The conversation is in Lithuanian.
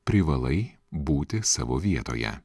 privalai būti savo vietoje